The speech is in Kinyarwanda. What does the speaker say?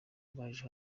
abaje